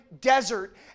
desert